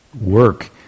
work